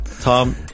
Tom